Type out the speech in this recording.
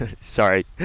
sorry